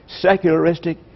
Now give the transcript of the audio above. secularistic